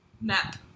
map